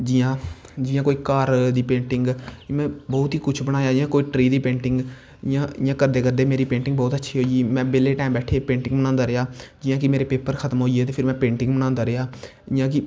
जियां कोई घर दी पेंटिंग में बौह्त ई कुच्छ बनाया जियां कोई ट्री दी पेंटिंग इयां करदे करदे मेरी पेंटिंग बौह्त अच्छी होई गेई में बेह्ले टाईम बेहियै पेंटिंग बनांदा रेहा जियां कि मेरे पेपर खत्म होईये ते में पेंटिंग बनांदा रेहा जियां कि